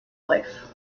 life